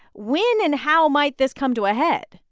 when and how might this come to a head?